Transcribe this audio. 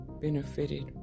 benefited